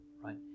right